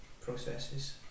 processes